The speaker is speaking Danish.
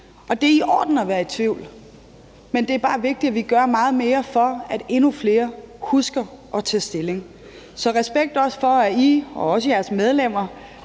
Det er i orden at være i tvivl, men det er bare vigtigt, at vi gør meget mere for, at endnu flere husker at tage stilling. Så også respekt for, at I og også jeres medlemmer